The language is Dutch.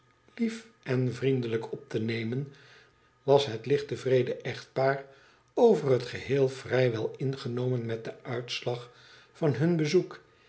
lief en vriendelijk op te nemen was het ucht tevreden echtpaar over het geheel vrij wel ingenomen met dennitslag van hun bezoek